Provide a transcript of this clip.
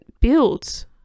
builds